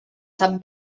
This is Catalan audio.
sap